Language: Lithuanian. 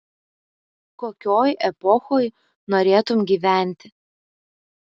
kokioj epochoj norėtum gyventi